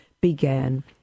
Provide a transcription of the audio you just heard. began